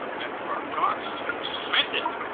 then for god's sake send it!